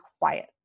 quiet